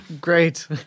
Great